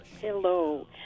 Hello